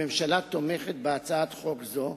הממשלה תומכת בהצעת חוק זו,